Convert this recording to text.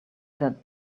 that